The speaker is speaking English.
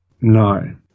No